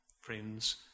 friends